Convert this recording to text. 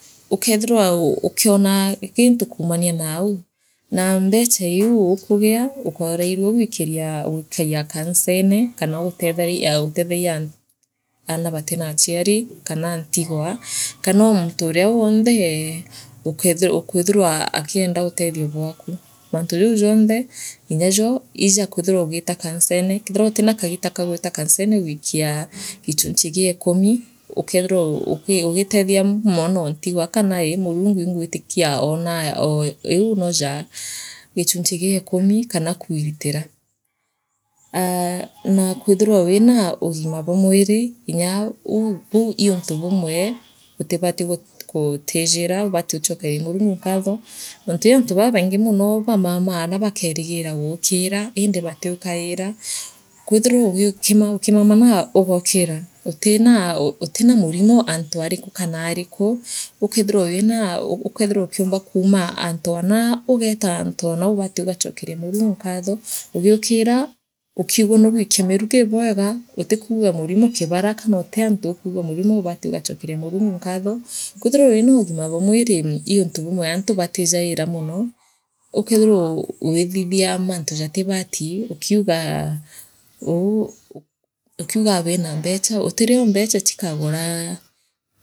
Ukeethirwa u ukionagi gintu kuumania naau naa na mbecha iu ukugia ukoorairua gwikiria gwikagia kanisene kana guthethaina aara batiraachiari kana ntigwa kanoo muntu uria wonther buketh ukweithirwa akienda utethia bwaku mantu jau jonthe inyajo ijakwithira ugiita kanisene kethira utira kagiita ga kwithira ugiita kanisene gwiikia gichuchi gienkumi ukeethirwa ugii ugiitethia muntu mwanoontigwa karooii Murungu ingwitikia oonaa oo iu nooja gichunchi gie kumi kana kwiritira aah naa kwithirwa winaa ugima bwa mwira nyaa aa bu uu niu ntubumwe utibati gu gutijira ubati guuchookagiria Murungi nkatho ontu ii antu babaingi mono bamamaa na bakeerigira indi batiukaiiraa kwithira uk ukimaana naa ugookira utina utinaa murimo antu ariku kanaariku ukethirwa winaa ukethirwa kuma antuanaa ugeeta antu anaa ubati ugachokeria Murungu nkatho ugiukira ukiigua nuugwikia miruki bwega utikuigua murimu kibara kanootiantu ukuigua murimo ubati ugachokeria Murungu nkatho kwithira winoogima bwa mwiri ni untu bumwe antu batijaii mono ukethirwa wu wuithithia mantu jatibati ukiugaa uu uu ukiugaa wira mbecha gutirio mbecha ikaguraa.